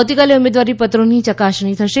આવતીકાલે ઉમેદવારીપત્રોની યકાસણી થશે